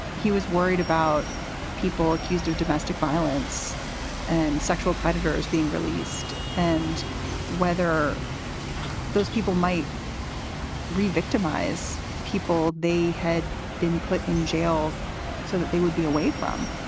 he was worried about people accused of domestic violence and sexual predators being released. and whether those people might revictimize people, they had been put in jail so that they would be away from